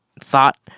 thought